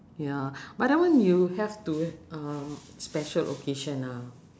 ya but that one you have to um special occasion lah